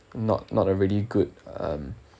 not not a really good um